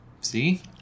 See